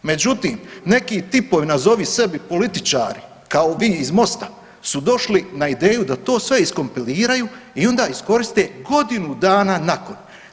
Međutim, neki tipovi nazovi sebi političari kao vi iz MOST-a su došli na ideju da to sve iskompiliraju i onda iskoriste godinu dana nakon.